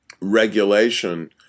regulation